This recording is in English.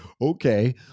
Okay